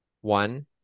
one